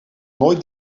nooit